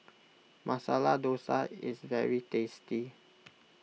Masala Dosa is very tasty